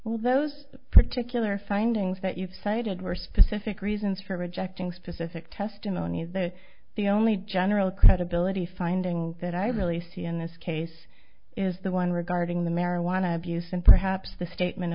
well those particular findings that you've cited were specific reasons for rejecting specific testimony that the only general credibility finding that i really see in this case is the one regarding the marijuana abuse and perhaps the statement